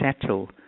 settle